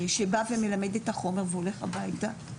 שבא ומלמד את החומר והולך הביתה.